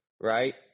Right